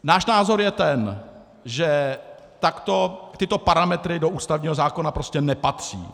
Náš názor je ten, že tyto parametry do ústavního zákona prostě nepatří.